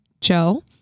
Joe